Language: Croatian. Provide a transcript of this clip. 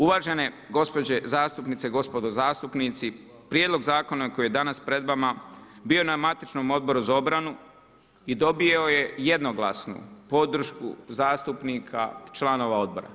Uvažene gospođe zastupnice i gospodo zastupnici, prijedlog zakona koji je danas pred vama bio je na matičnom Odboru za obranu i dobio je jednoglasnu podršku zastupnika članova odbora.